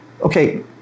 Okay